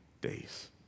days